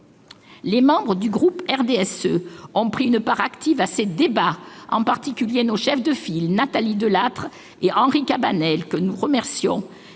Les membres du groupe RDSE ont pris une part active à ces débats, en particulier nos chefs de file Nathalie Delattre et Henri Cabanel, que nous remercions.